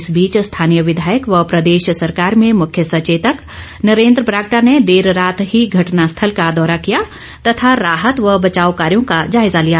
इस बीच स्थानीय विधायक व प्रदेश सरकार में मुख्य सचेतक नरेन्द्र बरागटा ने देर रात ही घटना स्थल का दौरा किया तथा राहत व बचाव कार्यो का जायजा लिया